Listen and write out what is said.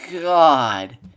God